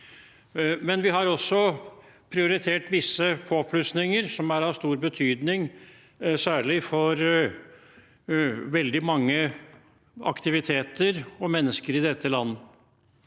Vi har også prioritert visse påplussinger som er av stor betydning, særlig for veldig mange aktiviteter og mennesker i dette land.